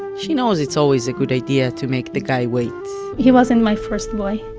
she knows it's always a good idea to make the guy wait he wasn't my first boy.